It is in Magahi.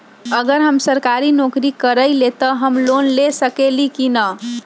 अगर हम सरकारी नौकरी करईले त हम लोन ले सकेली की न?